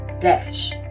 Dash